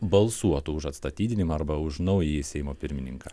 balsuotų už atstatydinimą arba už naująjį seimo pirmininką